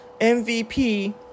MVP